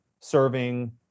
serving